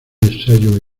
ensayo